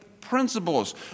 principles